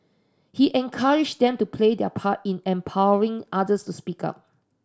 he encouraged them to play their part in empowering others to speak up